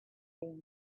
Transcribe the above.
been